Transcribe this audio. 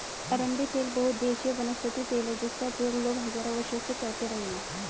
अरंडी तेल बहुउद्देशीय वनस्पति तेल है जिसका उपयोग लोग हजारों वर्षों से करते रहे हैं